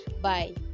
Bye